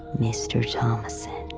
mister thomassen?